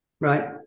Right